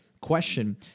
question